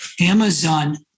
Amazon